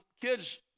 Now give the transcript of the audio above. kids